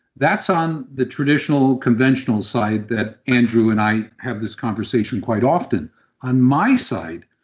that's on the traditional conventional side that andrew and i have this conversation quite often on my side,